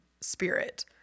spirit